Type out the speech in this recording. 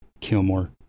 Kilmore